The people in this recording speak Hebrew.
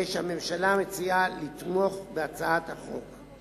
הרי שהממשלה מציעה לתמוך בהצעת החוק.